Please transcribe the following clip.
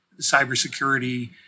cybersecurity